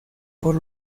por